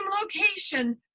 location